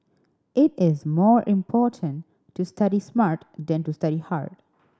it is more important to study smart than to study hard